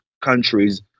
countries